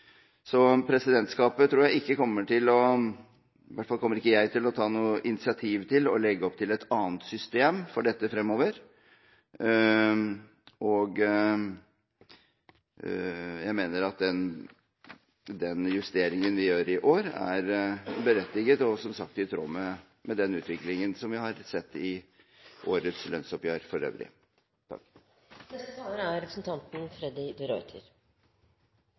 Så jeg tror ikke presidentskapet kommer til å ta noe initiativ til å legge opp til et annet system for dette fremover – i hvert fall kommer ikke jeg til å gjøre det. Jeg mener at den justeringen vi gjør i år, er berettiget, og, som sagt, i tråd med den utviklingen som vi har sett i årets lønnsoppgjør for øvrig. Jeg snakker på egne vegne. Jeg er